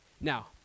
Now